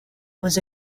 was